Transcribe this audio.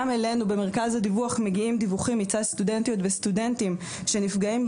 גם אלינו מגיעים דיווחים מצד סטודנטים וסטודנטיות שנפגעים,